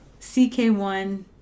CK1